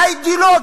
אידיאולוגית,